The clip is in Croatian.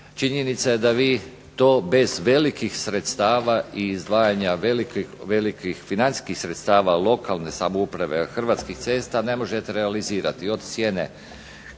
činjenica je da vi to bez velikih sredstava i izdvajanja velikih financijskih sredstava lokalne samouprave Hrvatskih cesta ne možete realizirati. Od cijene